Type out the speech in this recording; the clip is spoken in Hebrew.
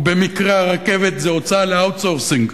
ובמקרה הרכבת זה הוצאה ל-outsourcing,